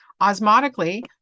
osmotically